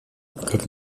как